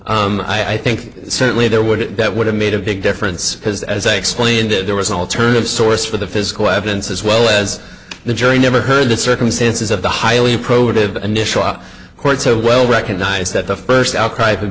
excluded i think certainly there would that would have made a big difference because as i explained it there was an alternative source for the physical evidence as well as the jury never heard the circumstances of the highly probative initial court so well recognized that the first outcry pro